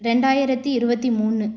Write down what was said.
ரெண்டாயிரத்தி இருபத்தி மூணு